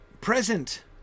Present